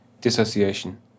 dissociation